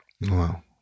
Wow